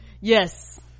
Yes